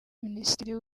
minisitiri